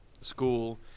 school